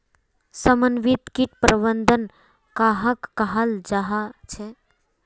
समन्वित किट प्रबंधन कहाक कहाल जाहा झे?